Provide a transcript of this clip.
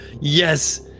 Yes